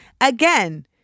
Again